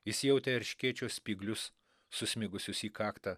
jis jautė erškėčių spyglius susmigusius į kaktą